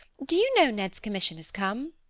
do you know ned's commission has come?